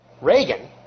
Reagan